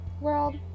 world